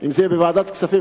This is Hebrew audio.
אם זה בוועדת כספים,